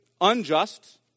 unjust